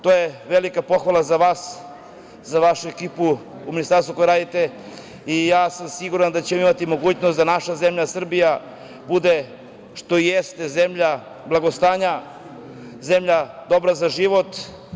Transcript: To je velika pohvala za vas, za vašu ekipu u ministarstvu u kome radite i siguran sam da ćemo imati mogućnost da naša zemlja Srbija bude što jeste, zemlja blagostanja, zemlja dobra za život.